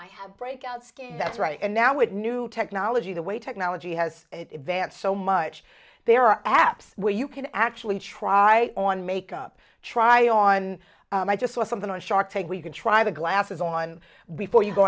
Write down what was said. i have breakouts that's right and now with new technology the way technology has advanced so much there are apps where you can actually try on makeup try on and i just saw something on shark take we can try the glasses on before you go